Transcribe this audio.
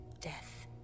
death